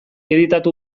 editatu